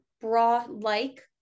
bra-like